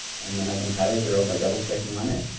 and then i can highlight the row by double clicking on it.